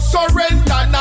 Surrender